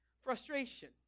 Frustration